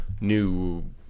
new